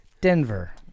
Denver